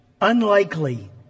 unlikely